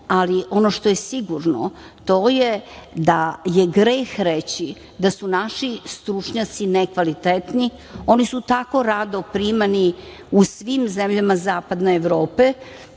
ali ono što je sigurno, to je da je greh reći da su naši stručnjaci nekvalitetni. Oni su tako rado primani u svim zemljama zapadne Evrope